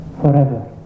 forever